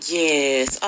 yes